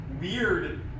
weird